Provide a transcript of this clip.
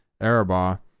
Arabah